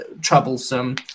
troublesome